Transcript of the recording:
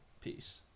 peace